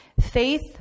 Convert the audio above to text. faith